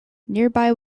nearby